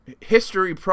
history